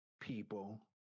people